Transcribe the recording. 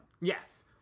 Yes